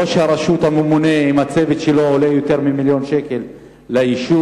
ראש הרשות הממונה עם הצוות שלו עולה יותר ממיליון שקל ליישוב.